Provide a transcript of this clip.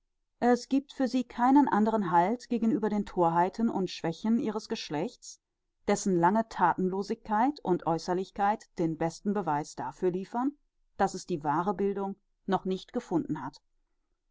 es giebt für sie keinen anderen halt gegenüber den thorheiten und schwächen ihres geschlechts dessen lange thatenlosigkeit und aeußerlichkeit den besten beweis dafür liefern daß es die wahre bildung noch nicht gefunden hat